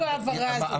ההברה הזאת.